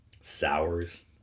sours